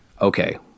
okay